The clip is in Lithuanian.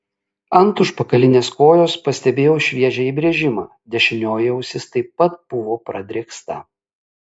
ant užpakalinės kojos pastebėjau šviežią įbrėžimą dešinioji ausis taip pat buvo pradrėksta